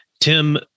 Tim